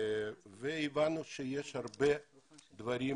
הבנו שיש הרבה דברים